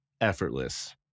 effortless